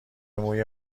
موی